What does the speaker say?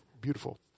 Beautiful